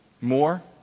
more